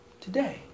today